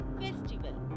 festival